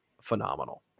phenomenal